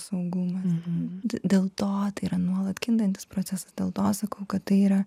saugumas dėl to yra nuolat kintantis procesas dėl to sakau kad tai yra